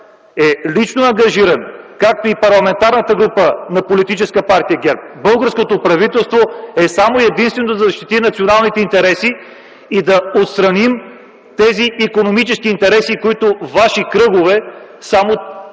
е лично ангажиран, както и Парламентарната група на Политическа партия ГЕРБ, българското правителство защитава единствено и само държавните интереси и да отстрани онези икономически интереси, при които ваши кръгове само